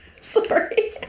Sorry